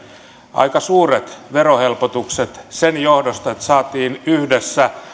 aika suuret verohelpotukset sen johdosta että saatiin yhdessä